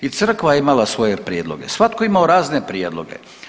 I Crkva je imala svoje prijedloge, svatko je imao razne prijedloge.